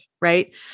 right